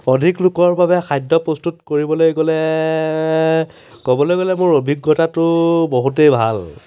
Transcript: অধিক লোকৰ বাবে খাদ্য প্ৰস্তুত কৰিবলৈ গ'লে ক'বলৈ গ'লে মোৰ অভিজ্ঞতাটো বহুতেই ভাল